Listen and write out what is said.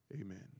amen